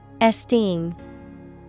Esteem